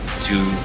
two